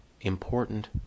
important